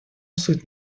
суть